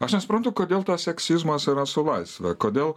aš nesuprantu kodėl tas seksizmas yra su laisve kodėl